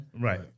Right